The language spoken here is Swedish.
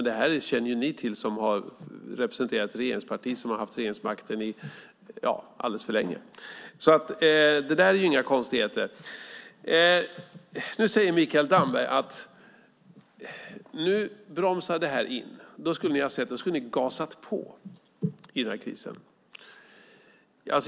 Det här känner ju ni till som representerar ett parti som har haft regeringsmakten alldeles för länge. Det är inga konstigheter. Nu säger Mikael Damberg att det här bromsar in och att ni skulle ha gasat på i krisen.